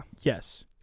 Yes